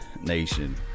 nation